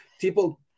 people